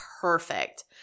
perfect